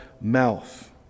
mouth